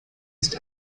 ist